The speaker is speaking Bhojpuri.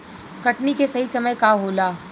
कटनी के सही समय का होला?